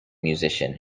musician